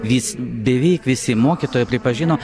vis beveik visi mokytojai pripažino